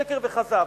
שקר וכזב.